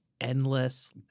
Endless